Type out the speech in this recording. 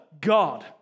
God